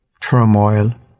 turmoil